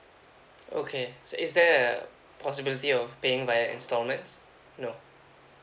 okay so is there a possibility of paying via installments no